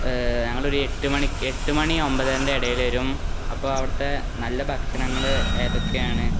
ഞങ്ങളൊരു എട്ടുമണി ഒന്പതരേന്റെ ഇടയില് വരും അപ്പോള് അവിടത്തെ നല്ല ഭക്ഷണങ്ങള് ഏതൊക്കെയാണ്